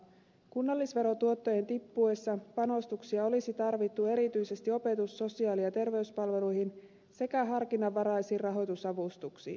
kunnallisverotuottojen tippuessa panostuksia olisi tarvittu erityisesti opetus sosiaali ja terveyspalveluihin sekä harkinnanvaraisiin rahoitusavustuksiin